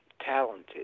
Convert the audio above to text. talented